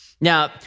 Now